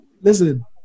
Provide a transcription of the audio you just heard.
listen